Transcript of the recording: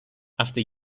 after